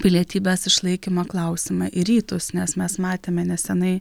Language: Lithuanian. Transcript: pilietybės išlaikymo klausimą į rytus nes mes matėme nesenai